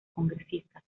congresistas